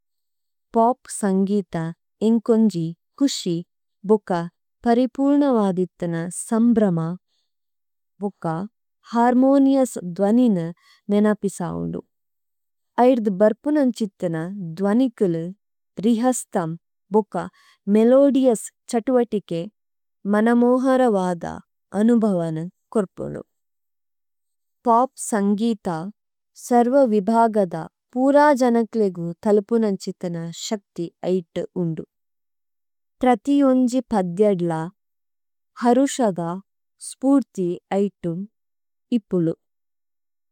Pop സന്ഗിത ഏന്കോന്ജി, കുശി, ബുക്ക പരിപുനവദിത്തന് സമ്ബ്രമ, ബുക്ക ഹര്മോനിഓഉസ് ദ്വനിന നിനപിസവന്ദു। അയര്ദ് ബര്പുനന്ഛിത്തന ദ്വനികലു രിഹസ്തമ് ബുക്ക മേലോദിഓഉസ് ഛത്വതികേ മനമോഹരവദ് അനുഭവന് കോര്പുന്ദു। പോപ് സന്ഗിത സര്വവിഭഗദ പൂര ജനക്ലേഗു തല്പുനന്ഛിത്തന ശക്തി ഐത്തു ഉന്ദുഏ। പ്രതി ഓന്ജി പത്യദ്ല ഹരുശദ് സ്പൂര്ഥ്യ് ഓഇത്തു ഇപ്പുലു।